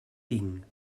tinc